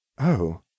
Oh